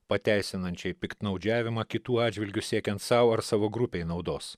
pateisinančiai piktnaudžiavimą kitų atžvilgiu siekiant sau ar savo grupei naudos